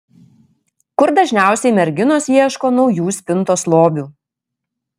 kur dažniausiai merginos ieško naujų spintos lobių